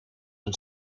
een